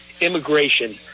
immigration